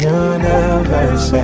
universe